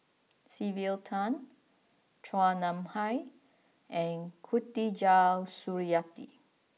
Sylvia Tan Chua Nam Hai and Khatijah Surattee